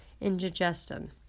indigestion